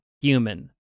human